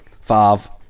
five